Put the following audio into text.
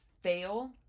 fail